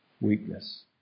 weakness